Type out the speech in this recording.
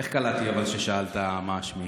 איך קלטתי אבל ששאלת מה שמי?